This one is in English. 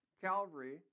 Calvary